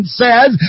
says